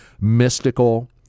mystical